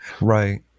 right